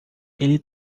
ele